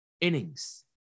innings